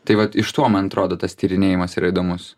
tai vat iš to man atrodo tas tyrinėjimas yra įdomus